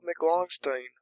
McLongstein